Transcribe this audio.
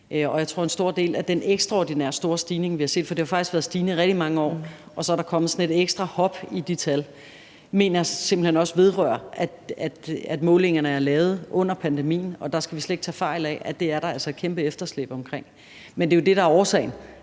at gøre. En stor del af den ekstraordinært store stigning, vi har set – for det har jo faktisk været stigende i rigtig mange år, og så er der kommet sådan et ekstra hop i de tal – mener jeg simpelt hen også vedrører, at målingerne er lavet under pandemien. Og vi skal slet ikke tage fejl af, at det er der altså et kæmpe efterslæb omkring. Men det er jo det, der er årsagen.